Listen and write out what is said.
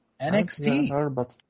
NXT